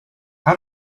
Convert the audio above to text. how